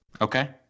Okay